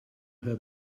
her